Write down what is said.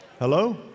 Hello